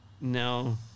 no